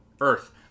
earth